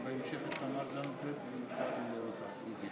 וקיבל החלטה בעניין אספקת החשמל לרצועת עזה,